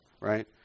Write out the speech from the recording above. right